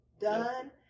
done